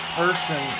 person